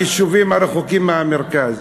היישובים הרחוקים מהמרכז.